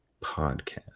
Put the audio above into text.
podcast